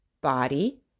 body